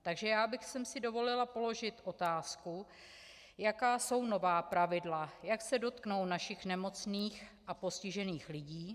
Takže já bych si dovolila položit otázku, jaká jsou nová pravidla, jak se dotknou našich nemocných a postižených lidí.